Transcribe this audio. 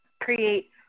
create